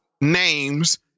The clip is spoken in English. names